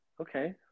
okay